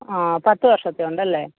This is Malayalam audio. ആ പത്ത് വർഷത്തെ ഉണ്ടല്ലേ